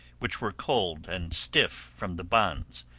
which were cold and stiff from the bonds.